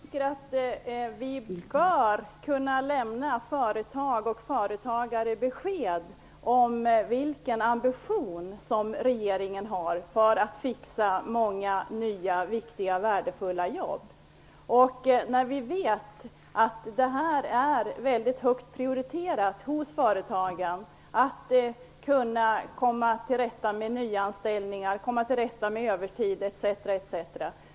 Fru talman! Jag tycker att vi bör kunna lämna företag och företagare besked om vilken ambition som regeringen har när det gäller att fixa många nya viktiga och värdefulla jobb. Vi vet att det är högt prioriterat hos företagen att komma till rätta med nyanställningar, övertid etc.